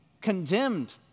condemned